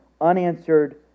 unanswered